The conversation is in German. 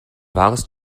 wahres